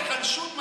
זו פסקת היחלשות,